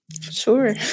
Sure